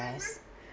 rest